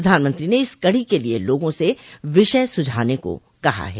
प्रधानमंत्री ने इस कडो के लिए लोगों से विषय सुझाने को कहा है